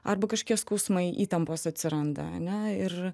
arba kažkokie skausmai įtampos atsiranda ane ir